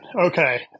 okay